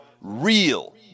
real